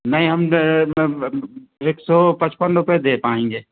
नहीं हम एक सौ पचपन रूपये दे पाएंगे